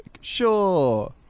Sure